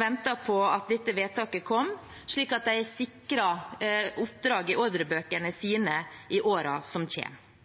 venter på at dette vedtaket skal komme, slik at de er sikret oppdrag i ordrebøkene sine i årene som